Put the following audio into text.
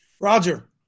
Roger